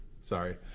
Sorry